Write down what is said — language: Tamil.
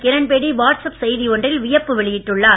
கிரண்பேடி வாட்ஸ்ஆப் செய்தி ஒன்றில் வியப்பு வெளியிட்டுள்ளார்